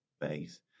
base